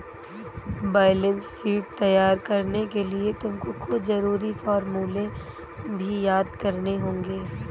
balance sheet तैयार करने के लिए तुमको कुछ जरूरी फॉर्मूले भी याद करने होंगे